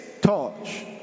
touch